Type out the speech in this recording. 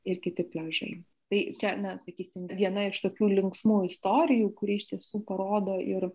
ir kiti pliažai tai čia na sakysim viena iš tokių linksmų istorijų kuri iš tiesų parodo ir